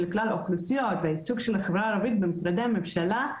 כלל האוכלוסיות והייצוג של החברה הערבית במשרדי הממשלה,